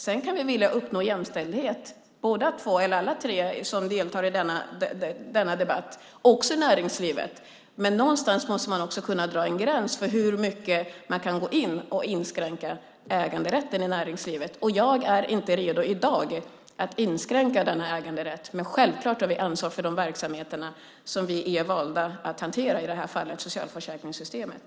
Sedan kan alla som deltar i denna debatt vilja uppnå jämställdhet också i näringslivet, men någonstans måste man dra en gräns för hur mycket man kan gå in och inskränka äganderätten i näringslivet. Jag är i dag inte redo att inskränka denna äganderätt. Självklart har vi ansvar för de verksamheter som vi är valda att hantera - i det här fallet socialförsäkringssystemet.